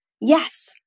Yes